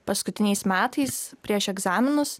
paskutiniais metais prieš egzaminus